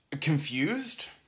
confused